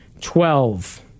Twelve